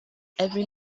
every